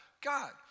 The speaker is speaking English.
God